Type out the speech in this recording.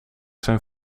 zijn